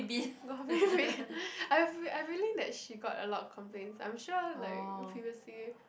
got baby I have I have a feeling that she got a lot of complaints I'm sure like previously